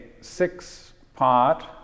six-part